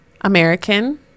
american